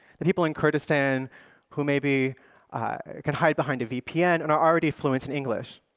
the people in kurdistan who maybe can hide behind a vpn and are already fluent in english.